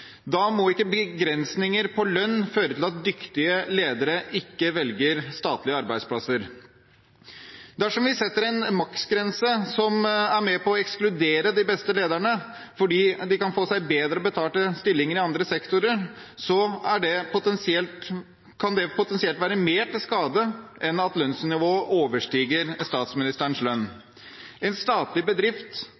Da må ikke begrensinger i lønn føre til at dyktige ledere ikke velger statlige arbeidsplasser. Dersom vi setter en maksgrense som er med på å ekskludere de beste lederne fordi de kan få seg bedre betalte stillinger i andre sektorer, kan det potensielt være mer til skade enn at lønnsnivået overstiger statsministerens lønn.